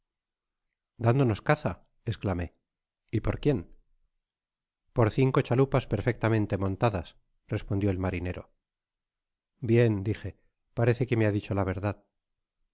dándonos caza dándonos ca za esclamé y por quién por cinco chalupas perfectamente montadas respondio el marinero bien dije parece que me ha dicho la verdad